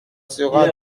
sera